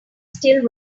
still